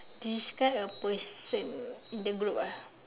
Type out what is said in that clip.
describe a person in the group ah